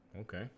Okay